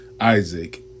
Isaac